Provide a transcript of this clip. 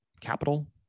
capital